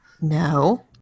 No